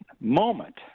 moment